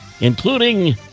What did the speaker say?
including